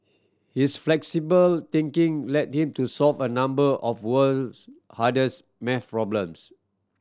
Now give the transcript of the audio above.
his flexible thinking led him to solve a number of world's hardest math problems